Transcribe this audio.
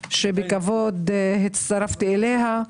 שבכבוד הצטרפתי אליה.